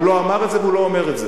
הוא לא אמר את זה, והוא לא אומר את זה.